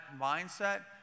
mindset